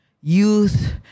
youth